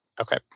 Okay